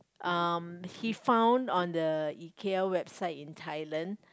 um he found on the Ikea website in Thailand